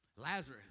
Lazarus